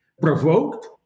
provoked